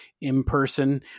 in-person